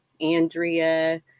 Andrea